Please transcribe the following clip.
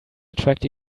attract